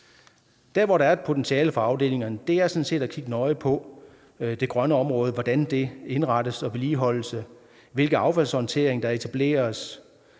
Et af de potentialer, der er for afdelingerne, er sådan set at kigge nøje på det grønne område – hvordan det indrettes og vedligeholdes, hvilken affaldshåndtering der etableres,